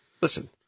Listen